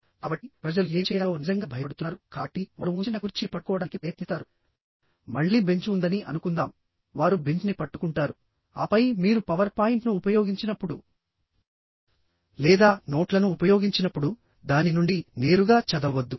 కాబట్టి ప్రజలు ఏమి చేయాలో నిజంగా భయపడుతున్నారు కాబట్టి వారు ఉంచిన కుర్చీని పట్టుకోడానికి ప్రయత్నిస్తారుమళ్ళీ బెంచ్ ఉందని అనుకుందాం వారు బెంచ్ని పట్టుకుంటారు ఆపై మీరు పవర్ పాయింట్ను ఉపయోగించినప్పుడు లేదా నోట్లను ఉపయోగించినప్పుడు దాని నుండి నేరుగా చదవవద్దు